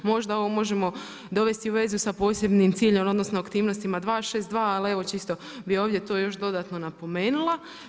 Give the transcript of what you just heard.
Možda ovo možemo dovesti u vezu sa posebnim ciljem odnosno, aktivnostima 2.6.2. ali čisto bi još ovdje tu još dodatno napomenula.